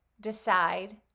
decide